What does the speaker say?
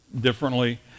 differently